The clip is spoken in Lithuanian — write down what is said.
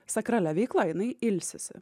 sakralia veikla jinai ilsisi